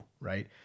right